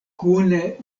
kune